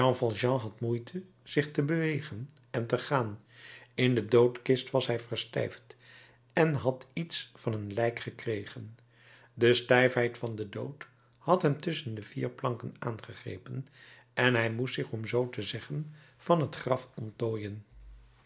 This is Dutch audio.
had moeite zich te bewegen en te gaan in de doodkist was hij verstijfd en had iets van een lijk gekregen de stijfheid van den dood had hem tusschen die vier planken aangegrepen en hij moest zich om zoo te zeggen van het graf ontdooien